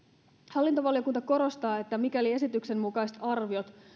hallintovaliokunta korostaa että mikäli esityksen mukaiset arviot